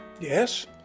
Yes